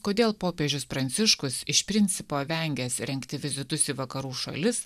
kodėl popiežius pranciškus iš principo vengęs rengti vizitus į vakarų šalis